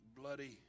bloody